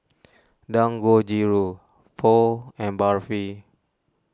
Dangojiru Pho and Barfi